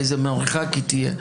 באיזה מרחק היא תהיה?